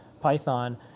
Python